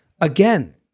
again